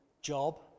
Job